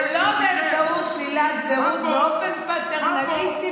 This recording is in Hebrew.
ולא באמצעות שלילת זהות באופן פטרנליסטי,